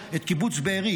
את קיבוץ בארי.